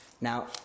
Now